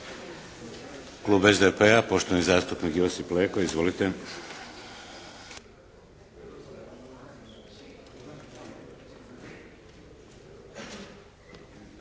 Klub SDP-a, poštovani zastupnik Josip Leko. Izvolite.